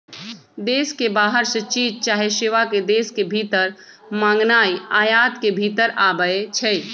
देश के बाहर से चीज चाहे सेवा के देश के भीतर मागनाइ आयात के भितर आबै छइ